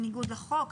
בניגוד לחוק?